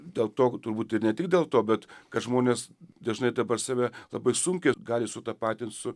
dėl to turbūt ir ne tik dėl to bet kad žmonės dažnai dabar save labai sunkiai gali sutapatint su